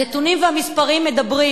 הנתונים והמספרים מדברים,